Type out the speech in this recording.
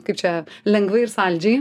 kaip čia lengvai ir saldžiai